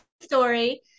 story